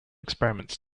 experiments